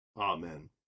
Amen